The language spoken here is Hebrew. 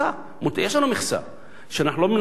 יש לנו מכסה שאנחנו לא מנצלים אותה,